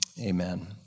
amen